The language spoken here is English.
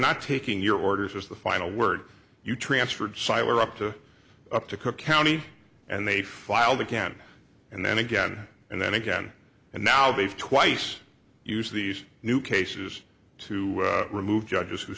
not taking your orders as the final word you transferred siler up to up to cook county and they filed again and again and then again and now they've twice used these new cases to remove judges who